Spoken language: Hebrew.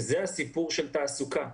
וזה הסיפור של תעסוקה.